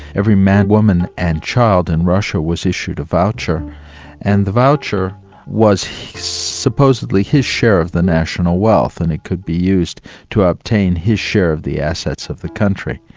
every man, woman and child in russia was issued a voucher and the voucher was supposedly his share of the national wealth, and it could be used to obtain his share of the assets of the country.